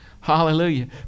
Hallelujah